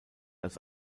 als